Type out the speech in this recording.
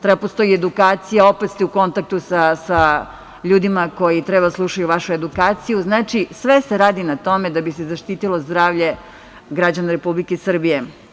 Treba da postoji edukacija, opet ste u kontaktu sa ljudima koji treba da slušaju vašu edukaciju, znači sve se radi na tome da bi se zaštitilo zdravlje građana Republike Srbije.